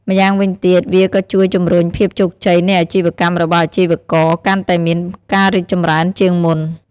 ម្យ៉ាងវិញទៀតវាក៏ជួយជំរុញភាពជោគជ័យនៃអាជីវកម្មរបស់អាជីវករកាន់តែមានការរីកចម្រើនជាងមុន។